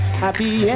happy